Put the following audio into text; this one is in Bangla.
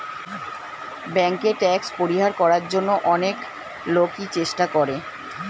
ব্যাংকে ট্যাক্স পরিহার করার জন্য অনেক লোকই চেষ্টা করে